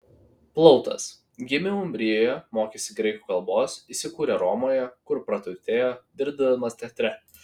plautas gimė umbrijoje mokėsi graikų kalbos įsikūrė romoje kur praturtėjo dirbdamas teatre